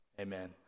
Amen